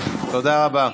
תודה רבה.